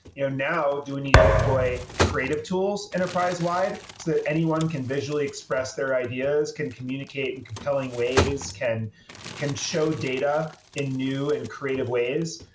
you know now, do we need to deploy creative tools enterprise-wide, so that anyone can visually express their ideas, can communicate in compelling ways, can can show data in new and creative ways?